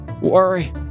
worry